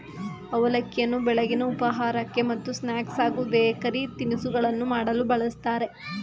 ಅವಲಕ್ಕಿಯನ್ನು ಬೆಳಗಿನ ಉಪಹಾರಕ್ಕೆ ಮತ್ತು ಸ್ನಾಕ್ಸ್ ಹಾಗೂ ಬೇಕರಿ ತಿನಿಸುಗಳನ್ನು ಮಾಡಲು ಬಳ್ಸತ್ತರೆ